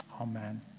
Amen